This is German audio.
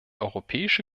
europäische